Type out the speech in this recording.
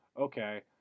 okay